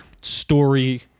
Story